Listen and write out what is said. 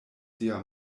sia